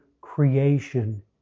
creation